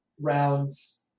rounds